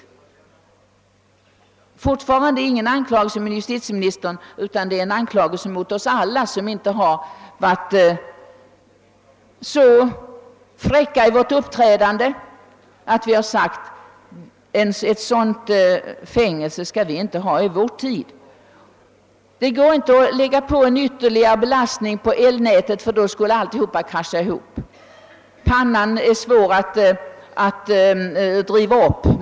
Jag riktar fortfarande ingen anklagelse mot justitieministern; det är en anklagelse mot oss alla, som inte har varit så fräcka i vårt uppträdande att vi har sagt ifrån, att ett sådant fängelse inte får finnas i vår tid. Det går inte att ytterligare belasta elnätet, ty då skulle alltihop krascha. Värmepannans effekt är svår att driva upp.